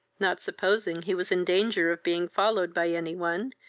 not supposing he was in danger of being followed by any one,